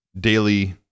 daily